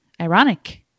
ironic